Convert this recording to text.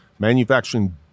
Manufacturing